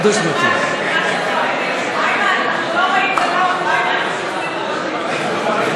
אז אני רוצה לחזור לחוק המקוואות.